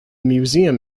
museum